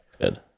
Good